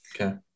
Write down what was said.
Okay